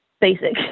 basic